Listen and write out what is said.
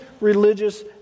religious